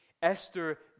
Esther